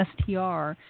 STR